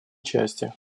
части